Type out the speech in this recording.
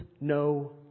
no